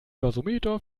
gasometer